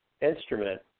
instrument